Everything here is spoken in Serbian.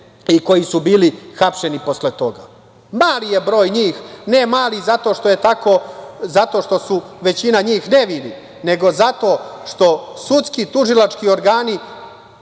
i koji su bili hapšeni posle toga. Mali je broj njih. Ne mali zato što je većina njih nevina, nego zato što sudski tužilački organi